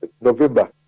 November